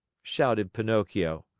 shouted pinocchio,